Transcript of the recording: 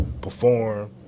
perform